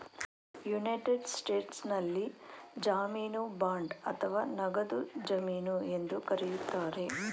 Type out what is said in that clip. United ಸ್ಟೇಟ್ಸ್ನಲ್ಲಿ ಜಾಮೀನು bond ಅಥವಾ ನಗದು ಜಮೀನು ಎಂದು ಕರೆಯುತ್ತಾರೆ